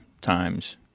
times